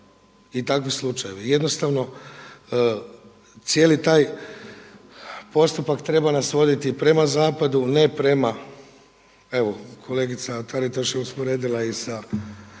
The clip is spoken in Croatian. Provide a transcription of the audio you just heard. i takvi slučajevi. Jednostavno cijeli taj postupak treba nas voditi prema zapadu, ne prema evo kolegica Taritaš je usporedila i sa